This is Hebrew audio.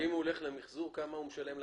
אם הוא הולך למחזור, כמה הוא משלם?